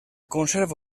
conserva